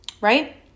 Right